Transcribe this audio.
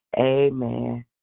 amen